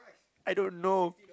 I don't know